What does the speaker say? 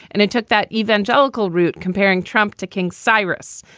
and it took that evangelical route, comparing trump to king cyrus,